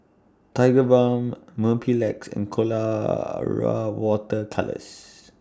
Tigerbalm Mepilex and Colora Water Colours